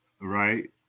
right